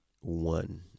one